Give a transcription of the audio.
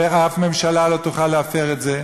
ואף ממשלה לא תוכל להפר את זה.